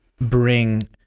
bring